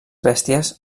bèsties